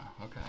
okay